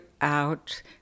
out